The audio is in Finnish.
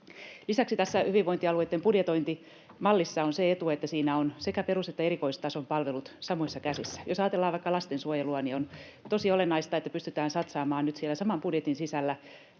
Lisäksi tässä hyvinvointialueitten budjetointimallissa on se etu, että siinä ovat sekä perus- ja erikoistason palvelut samoissa käsissä. Jos ajatellaan vaikka lastensuojelua, niin on tosi olennaista, että pystytään satsaamaan nyt siellä saman budjetin sisällä